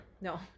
No